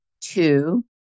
Two